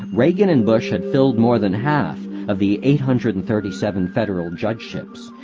reagan and bush had filled more than half of the eight hundred and thirty seven federal judgeships,